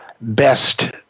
best